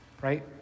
Right